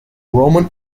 roman